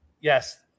Yes